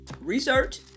research